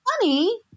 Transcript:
funny